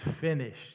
finished